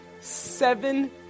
seven